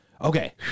okay